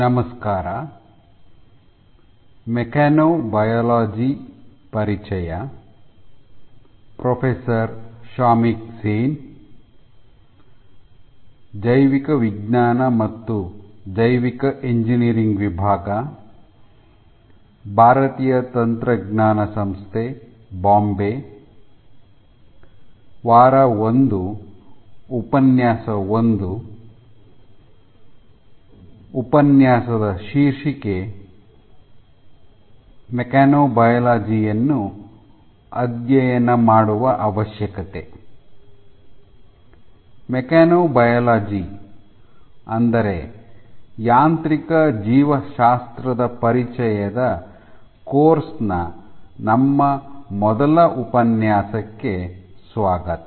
ನಮಸ್ಕಾರ ಮೆಕ್ಯಾನೊಬಯಾಲಜಿ ಯಾಂತ್ರಿಕ ಜೀವಶಾಸ್ತ್ರದ ಪರಿಚಯದ ಕೋರ್ಸ್ ನ ನಮ್ಮ ಮೊದಲ ಉಪನ್ಯಾಸಕ್ಕೆ ಸ್ವಾಗತ